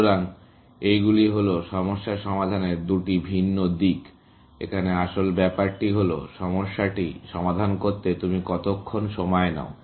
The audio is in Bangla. সুতরাং এইগুলি হলো সমস্যা সমাধানের দুটি ভিন্ন দিক এখানে আসল ব্যাপারটি হলো সমস্যাটি সমাধান করতে তুমি কতক্ষণ সময় নাও